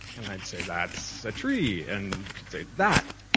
and i'd say, that's a tree, and she'd say, that?